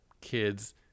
kids